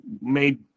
made